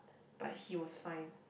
but he was fine